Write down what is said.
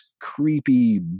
creepy